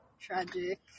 tragic